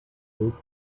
look